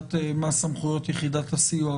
לסוגיית מה סמכויות יחידת הסיוע.